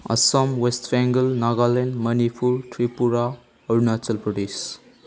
Assam West Bengal Nagaland Manipur Tripura Arunachal Pradesh